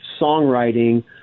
songwriting